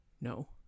No